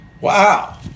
Wow